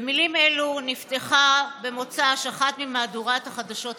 במילים אלו נפתחה במוצ"ש אחת ממהדורות החדשות המרכזיות.